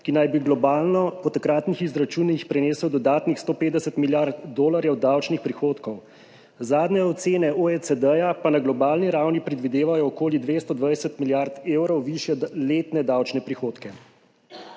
ki naj bi globalno po takratnih izračunih prinesel dodatnih 150 milijard dolarjev davčnih prihodkov. Zadnje ocene OECD pa na globalni ravni predvidevajo okoli 220 milijard evrov višje letne davčne prihodke.